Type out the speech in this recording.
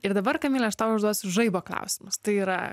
ir dabar kamile aš tau užduosiu žaibo klausimus tai yra